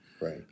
Right